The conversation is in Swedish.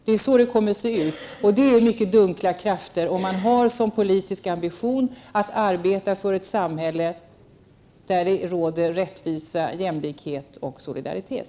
Det är det som kommer att bli resultatet, och detta är mycket dunkla krafter för den som har som politisk ambition att arbeta för ett samhälle där det råder rättvisa, jämlikhet och solidaritet.